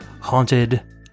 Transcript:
Haunted